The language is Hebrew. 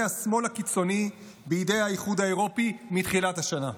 השמאל הקיצוני בידי האיחוד האירופי מתחילת השנה: